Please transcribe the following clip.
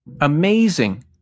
Amazing